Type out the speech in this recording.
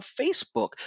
facebook